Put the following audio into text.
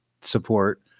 support